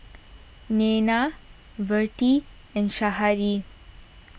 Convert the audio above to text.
Nena Vertie and Shari